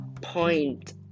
point